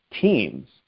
teams